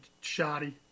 shoddy